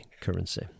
currency